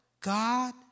God